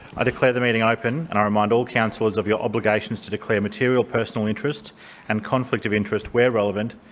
i declare the meeting open and i remind all councillors councillors of your obligations to declare material personal interests and conflict of interest where relevant,